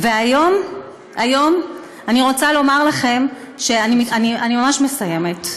והיום, היום, אני רוצה לומר לכם, אני ממש מסיימת,